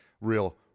real